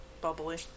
Bubbly